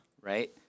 Right